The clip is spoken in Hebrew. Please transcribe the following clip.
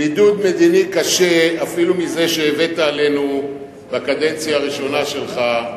בידוד מדיני קשה אפילו מזה שהבאת עלינו בקדנציה הראשונה שלך,